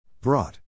Brought